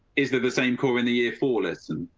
is that the same core in the year for listen?